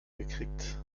gekriegt